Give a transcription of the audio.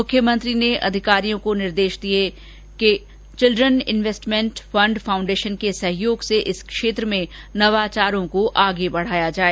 मुख्यमंत्री ने अधिकारियों को निर्देश दिये कि चिल्ड्रन इंवेस्टमेंट फण्ड फाउण्डेशन के सहयोग से इस क्षेत्र में नवाचारों को आगे बढाया जाए